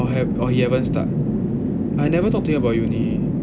or have or he haven't start I never talk to him about uni